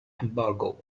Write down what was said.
embargo